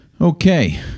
okay